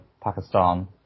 Pakistan